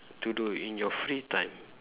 to do in your free time